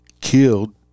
killed